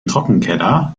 trockenkeller